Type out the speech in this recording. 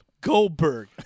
Goldberg